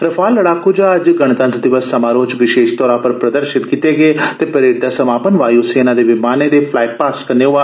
Rafale लड़ाकू जहाज गणतब्र दिवस समारोह च विषेश तौरा पर प्रदर्शन कीते गे ते परेड दा समापन वाय् सेना दे विमाने दे फलाई पास्ट कन्नै होआ